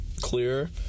clear